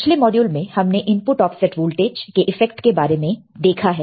पिछले मॉड्यूल में हमने इनपुट ऑफसेट वोल्टेज के इफेक्ट के बारे में देखा है